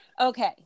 Okay